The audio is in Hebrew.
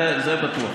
אין לי ספק, זה בטוח.